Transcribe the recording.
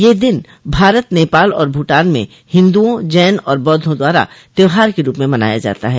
यह दिन भारत नेपाल और भूटान में हिंदुओं जैन और बौद्धों द्वारा त्योहार के रूप में मनाया जाता है